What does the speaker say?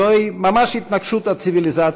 זוהי ממש "התנגשות הציוויליזציות"